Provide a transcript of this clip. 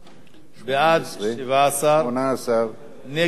בעד, 17, 18. נגד, 4,